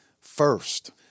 First